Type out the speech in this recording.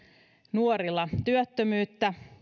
nuorilla työttömyyttä